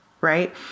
right